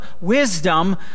wisdom